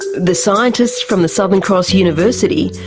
the scientists from the southern cross university,